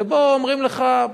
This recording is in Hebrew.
ובוא, אומרים לך,